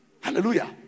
Hallelujah